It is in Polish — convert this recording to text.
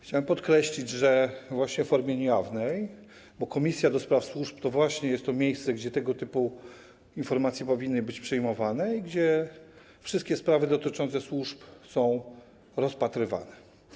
Chciałem podkreślić, że w formie niejawnej, bo komisja do spraw służb to właśnie jest miejsce, gdzie tego typu informacje powinny być przyjmowane i gdzie wszystkie sprawy dotyczące służb są rozpatrywane.